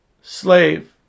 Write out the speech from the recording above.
slave